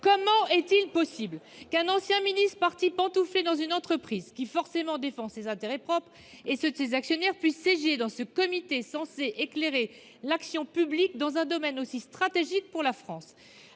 Comment est il possible qu’un ancien ministre, parti pantoufler dans une entreprise qui défend forcément ses intérêts propres et ceux de ses actionnaires, puisse siéger dans ce comité, censé éclairer l’action publique dans ce domaine stratégique pour la France ?